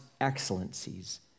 excellencies